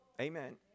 Amen